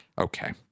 Okay